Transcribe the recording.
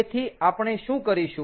તેથી આપણે શું કરીશું